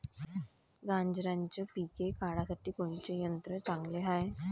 गांजराचं पिके काढासाठी कोनचे यंत्र चांगले हाय?